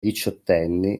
diciottenni